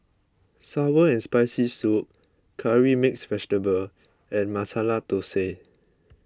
Sour and Spicy Soup Curry Mixed Vegetable and Masala Thosai